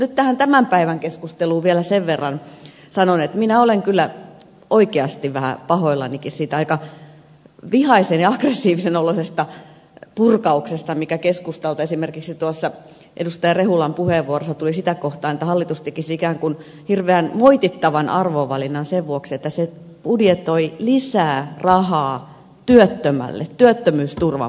nyt tähän tämän päivän keskusteluun vielä sen verran sanon että minä olen kyllä oikeasti vähän pahoillanikin siitä aika vihaisen ja aggressiivisen oloisesta purkauksesta mikä keskustalta esimerkiksi tuossa edustaja rehulan puheenvuorossa tuli sitä kohtaan että hallitus tekisi ikään kuin hirveän moitittavan arvovalinnan sen vuoksi että se budjetoi lisää rahaa työttömälle työttömyysturvan parantamiseen